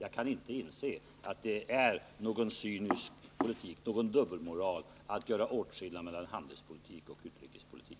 Jag kan inte inse att det är cyniskt eller uttryck för dubbelmoral att göra åtskillnad mellan handelspolitik och utrikespolitik.